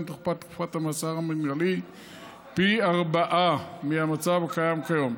תוכפל תקופת השחרור המינהלי פי ארבעה מהמצב הקיים כיום,